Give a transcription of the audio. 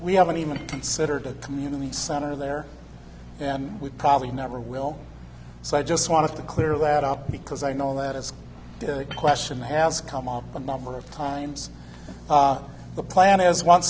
we haven't even considered a community center there and we probably never will so i just want to clear that up because i know that as the question has come up a number of times the plan is on